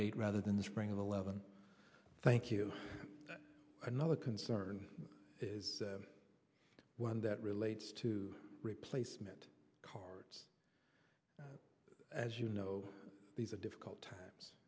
date rather than the spring of eleven thank you another concern is one that relates to replacement cards as you know these are difficult times